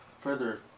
further